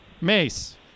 Mace